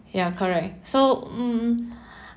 ya correct so mm